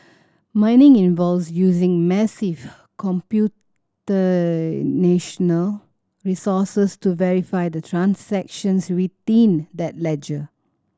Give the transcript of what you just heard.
mining involves using massive resources to verify the transactions within that ledger